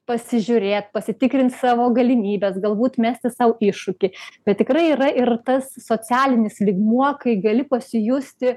pasižiūrėt pasitikrint savo galimybes galbūt mesti sau iššūkį bet tikrai yra ir tas socialinis lygmuo kai gali pasijusti